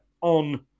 on